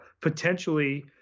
Potentially